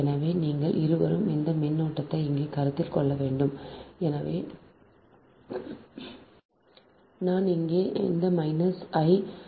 எனவே நீங்கள் இருவரும் இந்த மின்னோட்டத்தை இங்கே கருத்தில் கொள்ள வேண்டும் இங்கே நான் இங்கே மைனஸ் I